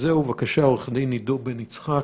עורך-הדין עידו בן-יצחק,